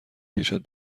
کشد